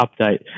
update